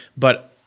but,